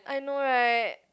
I know right